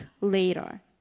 later